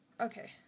Okay